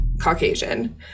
Caucasian